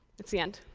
it's the end!